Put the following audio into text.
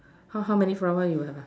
how how many flower you have ah